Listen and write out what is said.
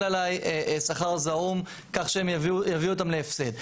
עליי שכר זעום כך שיביא אותם להפסד.